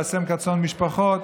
"וישם כצאן משפחות".